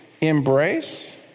embrace